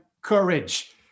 courage